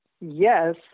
yes